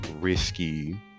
risky